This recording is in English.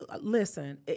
listen